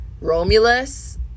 romulus